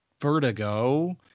Vertigo